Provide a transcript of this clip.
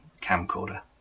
camcorder